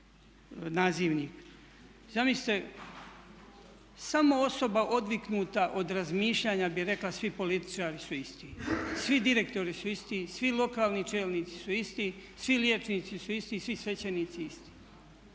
Zamislite samo osoba odviknuta od razmišljanja bi rekla svi političari su isti, svi direktori su isti, svi lokalni čelnici su isti, svi liječnici su isti, svi svećenici isti.